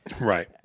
Right